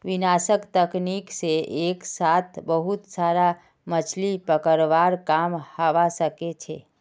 विनाशक तकनीक से एक साथ बहुत सारा मछलि पकड़वार काम हवा सके छे